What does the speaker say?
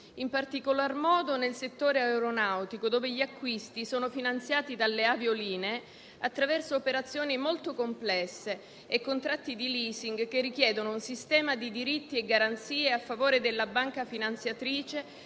in particolar modo nel settore aeronautico, dove gli acquisti sono finanziati dalle aviolinee attraverso operazioni molto complesse e contratti di *leasing* che richiedono un sistema di diritti e garanzie a favore della banca finanziatrice